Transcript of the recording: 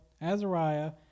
Azariah